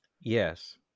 Yes